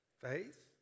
Faith